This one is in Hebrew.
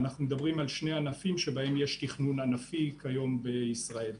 אנחנו מדברים על שני ענפים שבהם יש תכנון ענפי כיום בישראל.